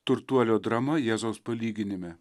turtuolio drama jėzaus palyginime